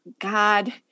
God